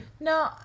No